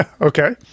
Okay